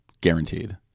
guaranteed